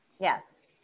Yes